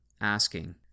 asking